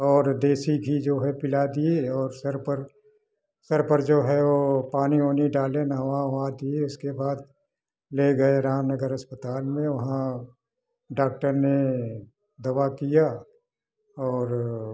और देशी घी जो है पिला दिए और सिर पर सिर पर जो है वो पानी वानी डाले नहवा वहवा दिए इसके बाद ले गए रामनगर अस्पताल में वहाँ डाक्टर ने दवा किया और